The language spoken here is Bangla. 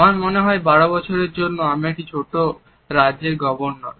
আমার মনে হয় 12 বছরের জন্য আমি একটি ছোট রাজ্যের গভর্নর